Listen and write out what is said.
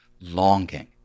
longing